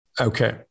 Okay